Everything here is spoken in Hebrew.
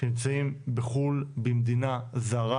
שנמצאים בחו"ל במדינה זרה